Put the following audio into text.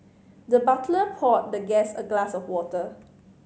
the butler poured the guest a glass of water